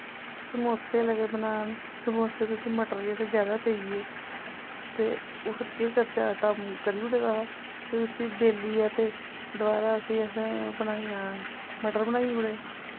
समोसे लगे बनान समोसे बिच्च मटर जेह्ड़े जादा पेई गे ते ओह् फिर केह् करचै आटा करी ओड़ेदा हे फिर उस्सी बेल्लियै ते दवारा उस्सी असैं ओह् बनाया मटर बनाई ओड़े